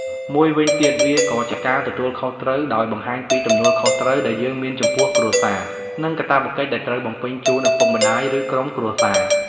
មួយវិញទៀតវាក៏ជាការទទួលខុសត្រូវ ដោយបង្ហាញពីទំនួលខុសត្រូវដែលយើងមានចំពោះគ្រួសារនិងការព្វកិច្ចដែលត្រូវបំពេញជូនឳពុកម្តាយឬក្រុមគ្រួសារ។